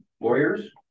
lawyers